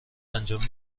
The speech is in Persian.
انجام